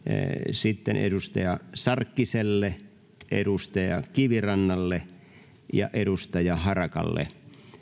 sitten edustaja sarkkiselle edustaja kivirannalle ja edustaja harakalle